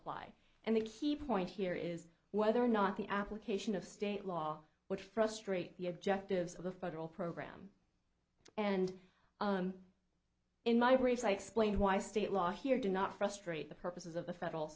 apply and the key point here is whether or not the application of state law which frustrate the objectives of the federal program and in my briefs i explained why state law here do not frustrate the purposes of the federal